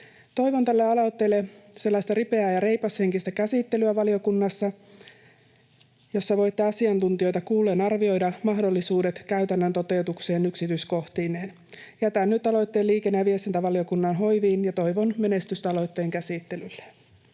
Toivon tälle aloitteelle ripeää ja reipashenkistä käsittelyä valiokunnassa, jossa voitte asiantuntijoita kuullen arvioida mahdollisuudet käytännön toteutukseen yksityiskohtineen. Jätän nyt aloitteen liikenne- ja viestintävaliokunnan hoiviin ja toivon menestystä aloitteen käsittelylle.